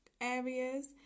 areas